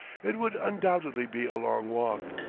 it would undoubtedly be a long walk,